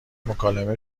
مکالمه